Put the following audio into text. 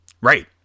right